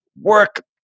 Work